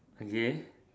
again